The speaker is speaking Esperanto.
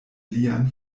lian